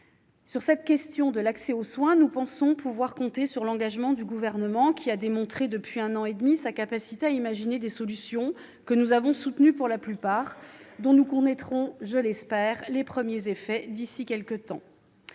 Sur cette question de l'accès aux soins, nous pensons pouvoir compter sur l'engagement du Gouvernement. Il a démontré depuis un an et demi sa capacité à imaginer des solutions, que nous avons soutenues pour la plupart et dont nous connaîtrons, je l'espère, les premiers effets d'ici quelque temps.